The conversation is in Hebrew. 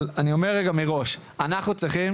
אבל אני אומר רגע מראש, שאנחנו צריכים